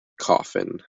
coffin